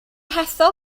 hethol